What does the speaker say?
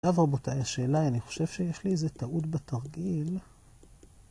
טוב רבותיי, השאלה היא, אני חושב שיש לי איזה טעות בתרגיל.